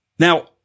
Now